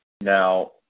Now